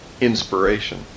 inspiration